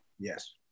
Yes